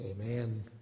Amen